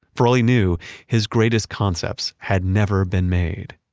for all he knew his greatest concepts had never been made.